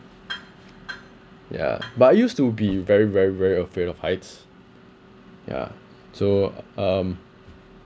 ya but I used to be very very very afraid of heights yeah so um